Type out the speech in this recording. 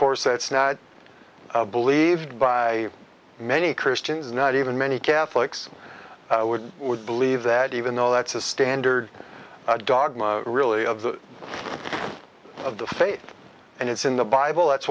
course that's now believed by many christians not even many catholics would would believe that even though that's a standard dogma really of the of the faith and it's in the bible that's